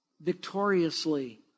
victoriously